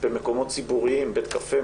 במקומות ציבוריים בית קפה,